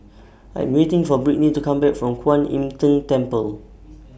I Am waiting For Brittni to Come Back from Kwan Im Tng Temple